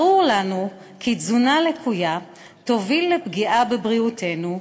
ברור לנו כי תזונה לקויה תוביל לפגיעה בבריאותנו,